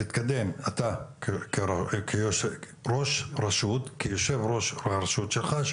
להתקדם אתה כיושב ראש הרשות שלך,